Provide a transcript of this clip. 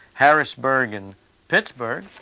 harrisburg and pittsburgh,